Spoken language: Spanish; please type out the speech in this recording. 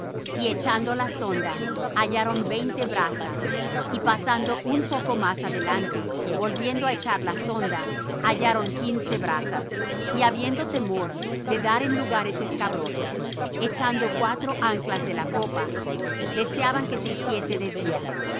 y echando la sonda hallaron veinte brazas y pasando un poco más adelante volviendo á echar la sonda hallaron quince brazas y habiendo temor de dar en lugares escabrosos echando cuatro anclas de la popa deseaban que se hiciese de día